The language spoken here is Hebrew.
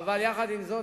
אבל עם זאת,